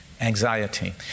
anxiety